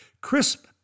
crisp